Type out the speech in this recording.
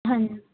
ਹਾਂ